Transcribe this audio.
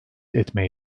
etmeye